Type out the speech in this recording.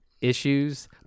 Issues